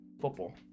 Football